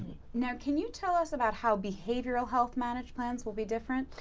now, can you tell us about how behavioral health managed plans will be different?